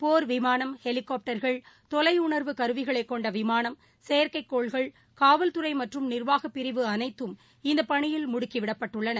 போர் விமானம் ஹெலிகாப்டர்கள் தொலையுணர்வு கருவிகளைக் கொண்டவிமானம் செயற்கைக்கோள்கள் காவல்துறைமற்றும் நிர்வாகப்பிரிவு அனைத்தம் இந்தப் பணியில் முடுக்கிவிடப்பட்டுள்ளன